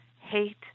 hate